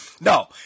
no